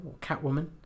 Catwoman